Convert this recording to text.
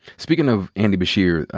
speakin' of andy beshear, ah